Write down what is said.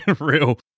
real